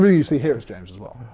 you see here is james as well.